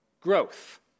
Growth